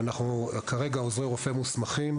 אנחנו כרגע עוזרי רופא מוסמכים.